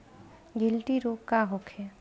गिल्टी रोग का होखे?